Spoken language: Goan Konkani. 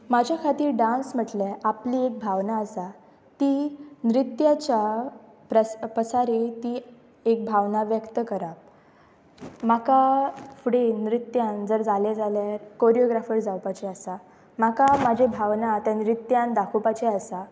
म्हाज्या खातीर डांस म्हटल्यार आपली एक भावना आसा ती नृत्याच्या प्रस पसारी ती एक भावना व्यक्त करप म्हाका फुडें नृत्यान जर जालें जाल्यार कोरियओग्राफर जावपाचे आसा म्हाका म्हाजे भावना त्या नृत्यान दाखोवपाचें आसा